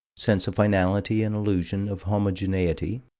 sense of finality and illusion of homogeneity.